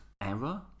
error